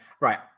right